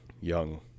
young